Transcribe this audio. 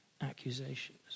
accusations